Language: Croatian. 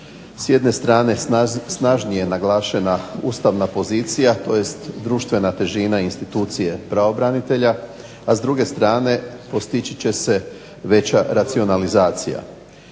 s jedne strane snažnije naglašena ustavna pozicija, tj. društvena težina institucije pravobranitelja, a s druge strane postići će se veća racionalizacija.